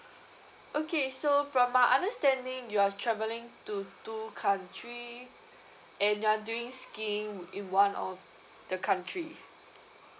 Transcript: okay so from my understanding you're travelling to two country and you're doing skiing in one of the country